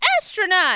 astronaut